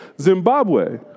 Zimbabwe